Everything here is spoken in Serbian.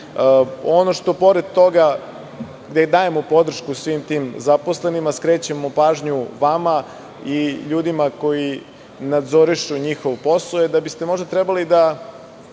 svakako merljiv. Dajući podršku svim tim zaposlenima, skrećemo pažnju vama i ljudima koji nadzorišu njihov posao je da biste možda trebali da